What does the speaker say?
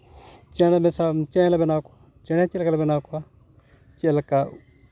ᱪᱮᱬᱮ ᱢᱮᱥᱟ ᱪᱮᱬᱮ ᱞᱮ ᱵᱮᱱᱟᱣ ᱠᱚᱣᱟ ᱪᱮᱬᱮ ᱪᱮᱫ ᱞᱮᱠᱟ ᱠᱟᱛᱮᱫ ᱞᱮ ᱵᱮᱱᱟᱣ ᱠᱚᱣᱟ ᱪᱮᱫ ᱞᱮᱠᱟ